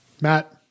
Matt